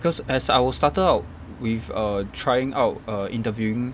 cause as I was started out with err trying out err interviewing